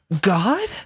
God